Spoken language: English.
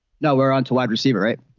now we're onto wide receiver right.